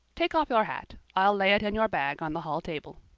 take off your hat. i'll lay it and your bag on the hall table.